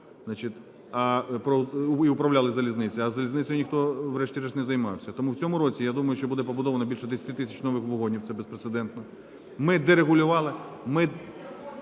управляли залізницею, а залізницею ніхто, врешті-решт, не займався. Тому в цьому році, я думаю, що буде побудовано більше 10 тисяч нових вагонів – це безпрецедентно. Ми дерегулювали...